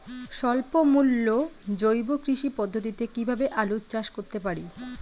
স্বল্প মূল্যে জৈব কৃষি পদ্ধতিতে কীভাবে আলুর চাষ করতে পারি?